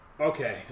Okay